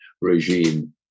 regime